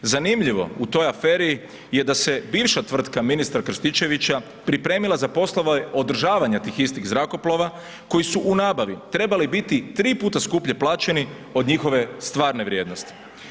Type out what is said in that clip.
Zanimljivo, u toj aferi je da se bivša tvrtka ministra Krstičevića pripremila za poslove održavanja tih istih zrakoplova koji su u nabavi trebali biti 3 puta skuplje plaćeni od njihove stvarne vrijednosti.